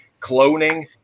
cloning